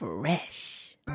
Fresh